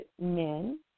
men